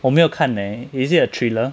我没有看 leh is it a thriller